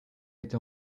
été